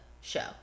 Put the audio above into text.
show